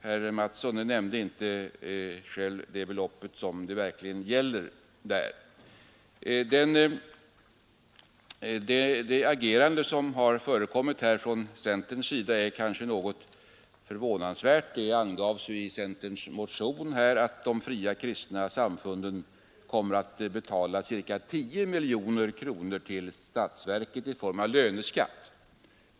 Herr Mattsson i Lane-Herrestad nämnde inte själv det belopp som det verkligen gäller. Det agerande som har förekommit från centerns sida är något förvånansvärt. Det angavs i centerns motion att de fria kristna samfunden kommer att betala ca 10 miljoner kronor till statsverket i form av löneskatt.